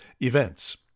events